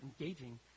engaging